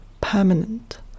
permanent